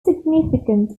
significant